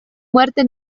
muerte